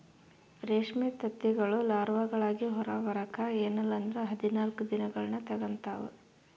ರೇಷ್ಮೆ ತತ್ತಿಗಳು ಲಾರ್ವಾಗಳಾಗಿ ಹೊರಬರಕ ಎನ್ನಲ್ಲಂದ್ರ ಹದಿನಾಲ್ಕು ದಿನಗಳ್ನ ತೆಗಂತಾವ